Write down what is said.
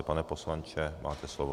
Pane poslanče, máte slovo.